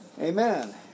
Amen